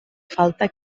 falta